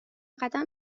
قدم